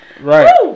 Right